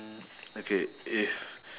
mm okay if